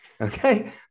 Okay